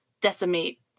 decimate